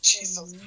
Jesus